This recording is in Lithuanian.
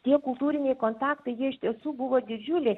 tie kultūriniai kontaktai jie iš tiesų buvo didžiuliai